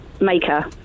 Maker